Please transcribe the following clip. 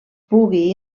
pugui